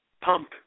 pump